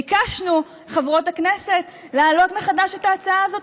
ביקשנו, חברות הכנסת, להעלות מחדש את ההצעה הזאת.